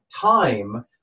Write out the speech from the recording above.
time